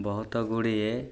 ବହୁତ ଗୁଡ଼ିଏ